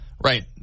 Right